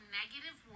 negative